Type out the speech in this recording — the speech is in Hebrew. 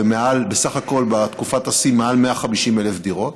בסך הכול בתקופת השיא היה מדובר על מעל 150,000 דירות,